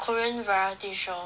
korean variety show